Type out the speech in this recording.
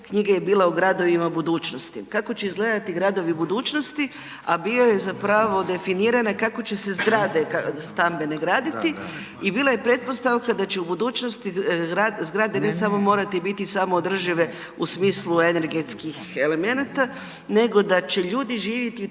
knjiga je bila o gradovima budućnosti, kako će izgledati gradovi budućnosti, a bio je zapravo definirana kako će se zgrade stambene graditi i bila je pretpostavka da će su budućnosti zgrade bit, samo morati biti samoodržive u smislu energetskih elemenata, nego da će ljudi živjeti